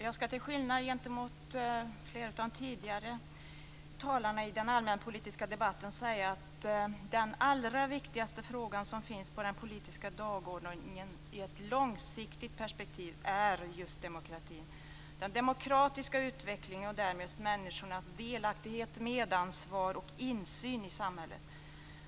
Jag skall till skillnad gentemot många tidigare i den allmänpolitiska debatten säga att den allra viktigaste frågan som finns på den politiska dagordningen i ett långsiktigt perspektiv är just demokratin, den demokratiska utvecklingen och därmed människors delaktighet, medansvar och insyn i samhället.